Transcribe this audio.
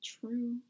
true